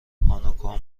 هانوکا